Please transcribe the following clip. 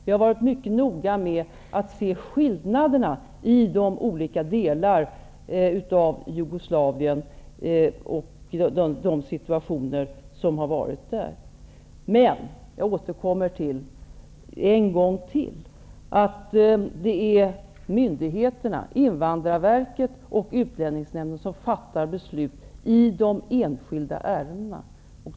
Vi har varit mycket noga med att se till skillnaderna i de olika situationer som råder i olika delar av Jugoslavien. Jag återkommer ännu en gång till att det är myndigheterna, Invandrarverket och Utlänningsnämnden, som fattar beslut i de enskilda ärendena.